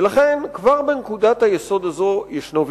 ולכן, כבר בנקודת היסוד הזו ישנו ויכוח.